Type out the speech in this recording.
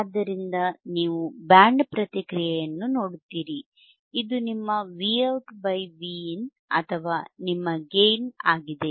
ಆದ್ದರಿಂದ ನೀವು ಬ್ಯಾಂಡ್ ಪ್ರತಿಕ್ರಿಯೆಯನ್ನು ನೋಡುತ್ತೀರಿ ಇದು ನಿಮ್ಮ VoutVin ಅಥವಾ ನಿಮ್ಮ ಗೇಯ್ನ್ ಆಗಿದೆ